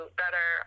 better